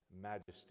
majesty